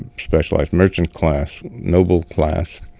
and specialized merchant class, noble class.